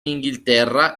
inghilterra